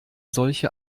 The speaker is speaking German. solche